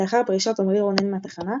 לאחר פרישת עמרי רונן מהתחנה,